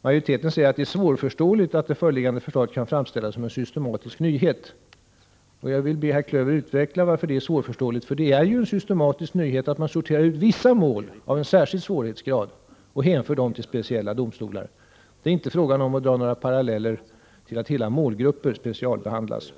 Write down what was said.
Majoriteten säger att det är svårförståeligt att det föreliggande förslaget kan framställas som en systematisk nyhet. Jag vill be herr Klöver utveckla varför det är svårförståeligt, för det är ju en systematisk nyhet att man sorterar ut vissa mål av en särskild svårighetsgrad och hänför dem till speciella domstolar. Det är inte fråga om att dra några paralleller till att hela målgrupper specialbehandlas.